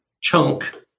chunk